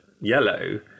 yellow